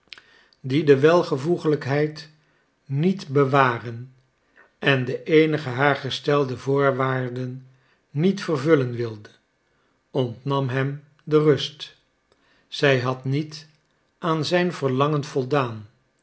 die de welvoegelijkheid niet bewaren en de eenige haar gestelde voorwaarden niet vervullen wilde ontnam hem de rust zij had niet aan zijn verlangen voldaan